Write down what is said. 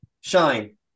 Shine